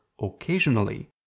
occasionally